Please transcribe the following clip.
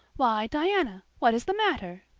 why, diana, what is the matter?